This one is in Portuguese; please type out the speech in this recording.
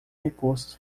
recursos